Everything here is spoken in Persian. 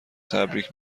تبریک